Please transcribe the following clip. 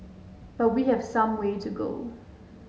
but we have some way to go